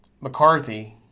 McCarthy